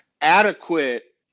adequate